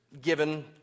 given